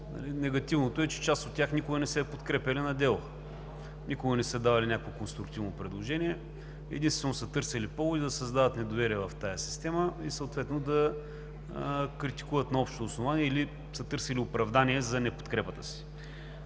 Негативното е, че част от тях никога не са я подкрепяли на дело. Никога не са давали някакво конструктивно предложение, единствено са търсели поводи да създават недоверие в тази система и съответно да критикуват на общо основание или са търсили оправдание за неподкрепата си.